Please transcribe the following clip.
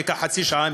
לי ייקח חצי שעה,